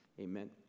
Amen